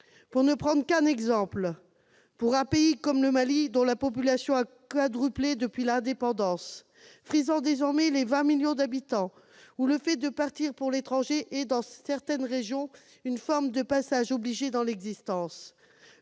Pour ne prendre qu'un exemple, dans un pays comme le Mali, dont la population a quadruplé depuis l'indépendance, qui frise désormais les 20 millions d'habitants, où le fait de partir pour l'étranger est, dans certaines régions, une forme de passage obligé dans l'existence,